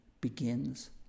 begins